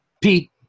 Pete